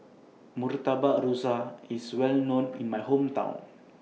Murtabak Rusa IS Well known in My Hometown